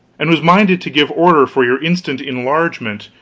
and was minded to give order for your instant enlargement,